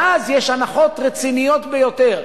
ואז יש הנחות רציניות ביותר.